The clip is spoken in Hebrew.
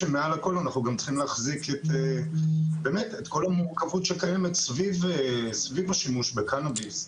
צריכים להחזיק את כל המורכבות שקיימת סביב השימוש בקנביס.